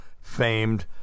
famed